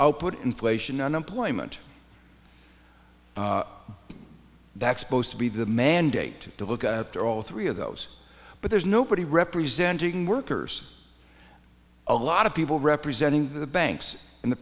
output inflation unemployment that's supposed to be the mandate to look after all three of those but there's nobody representing workers a lot of people representing the banks and the